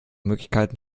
möglichkeiten